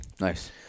Nice